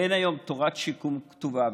אין היום תורת שיקום כתובה,